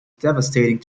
devastating